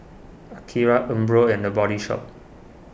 Akira Umbro and the Body Shop